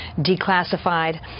declassified